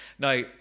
Now